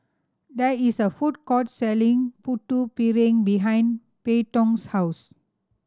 there is a food court selling Putu Piring behind Payton's house